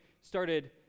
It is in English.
started